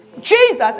Jesus